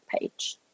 page